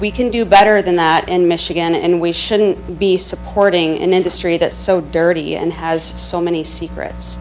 we can do better than that in michigan and we shouldn't be supporting an industry that's so dirty and has so many secrets